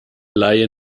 laie